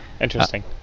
interesting